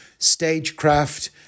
stagecraft